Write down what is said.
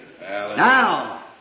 Now